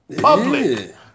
Public